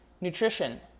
Nutrition